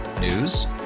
News